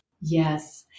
Yes